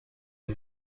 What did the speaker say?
die